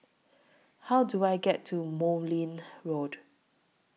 How Do I get to Road